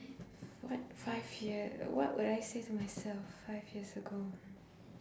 what five year what would I say to myself five years ago